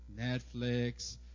Netflix